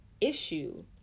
issue